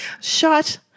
shut